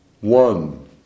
one